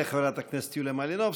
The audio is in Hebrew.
תודה לחברת הכנסת יוליה מלינובסקי.